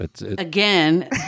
again